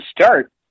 start